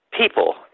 people